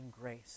grace